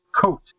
coat